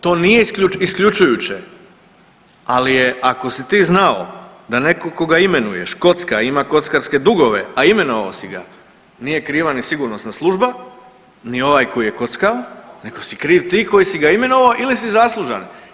To nije isključujuće, ali je ako si ti znao da netko koga imenuješ kocka, ima kockarske dugove, a imenovao si ga nije kriva ni sigurnosna služba, ni ovaj koji je kockao nego si kriv ti koji si ga imenovao ili si zaslužan.